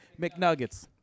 McNuggets